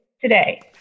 today